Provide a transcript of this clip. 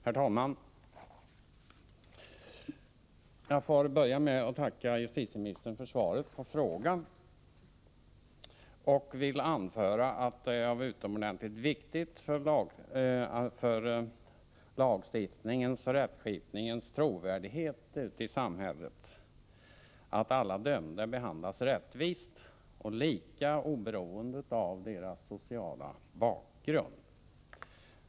Herr talman! Jag får börja med att tacka justitieministern för svaret på Det är utomordentligt viktigt för lagstiftningens och rättsskipningens trovärdighet i samhället att alla dömda behandlas rättvist och lika oberoende av deras sociala bakgrund.